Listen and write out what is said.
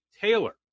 Taylor